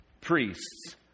priests